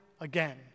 again